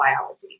biology